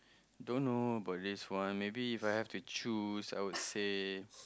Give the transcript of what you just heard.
don't know about this one maybe If I have to choose I would say